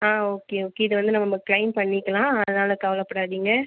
ஆ okay okay இது வந்து நம்ம க்ளைம் பண்ணிக்கிலாம் அதனால் கவலைப்படாதீங்க